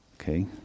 Okay